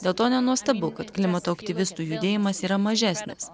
dėl to nenuostabu kad klimato aktyvistų judėjimas yra mažesnis